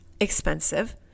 expensive